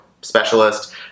specialist